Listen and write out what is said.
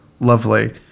lovely